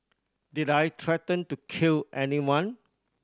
did I threaten to kill anyone